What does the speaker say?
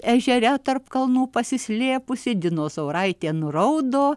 ežere tarp kalnų pasislėpusi dinozauraitė nuraudo